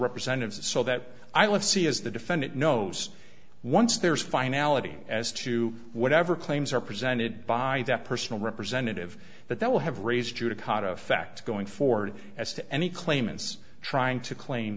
representative so that i live see as the defendant knows once there is finality as to whatever claims are presented by that personal representative but that will have raised judicata facts going forward as to any claimants trying to claim